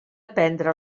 prendre